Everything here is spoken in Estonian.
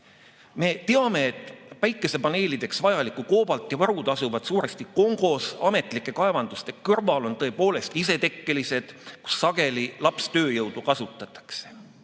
Me teame, et päikesepaneelideks vajaliku koobalti varud asuvad suuresti Kongos. Ametlike kaevanduste kõrval on tõepoolest isetekkelised, kus sageli lapstööjõudu kasutatakse.